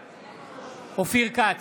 בעד אופיר כץ,